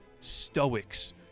stoics